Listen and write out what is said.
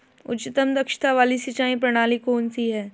उच्चतम दक्षता वाली सिंचाई प्रणाली कौन सी है?